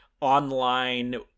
online